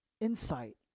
insight